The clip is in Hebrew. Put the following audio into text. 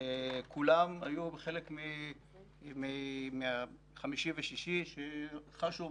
וכולם היו בין אלו שחשו באותם ריחות בחמישי ושישי וסבלו,